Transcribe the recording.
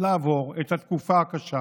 לעבור את התקופה הקשה